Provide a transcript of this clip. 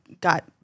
got